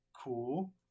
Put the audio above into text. cool